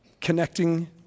Connecting